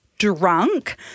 drunk